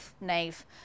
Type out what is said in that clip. nave